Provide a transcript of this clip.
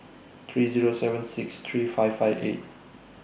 three Zero seven six three five five eight